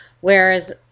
whereas